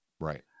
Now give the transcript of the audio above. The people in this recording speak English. right